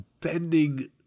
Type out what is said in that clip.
bending